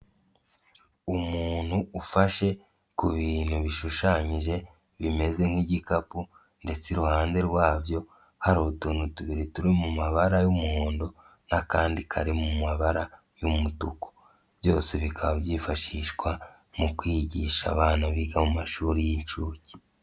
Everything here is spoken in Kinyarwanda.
Umuntu ufashe ku bintu bishushanyije, bimeze nk'igikapu ndetse iruhande rwabyo hari utuntu tubiri turi mu mabara y'umuhondo n'akandi kari mu mabara y'umutuku, byose bikaba byifashishwa mu kwigisha abana biga mu mashuri y'inshuke.